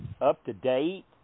up-to-date